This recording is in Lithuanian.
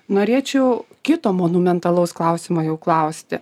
norėčiau kito monumentalaus klausimo jau klausti